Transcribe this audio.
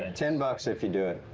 ten bucks if you do it.